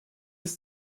ist